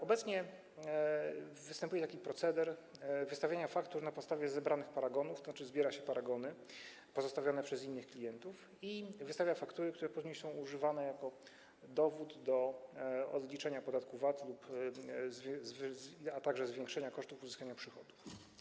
Obecnie występuje proceder wystawiania faktur na podstawie zebranych paragonów, tzn. zbiera się paragony pozostawione przez innych klientów i wystawia faktury, które później są używane jako dowód do odliczenia podatku VAT, a także zwiększenia kosztów uzyskania przychodów.